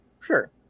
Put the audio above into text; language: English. sure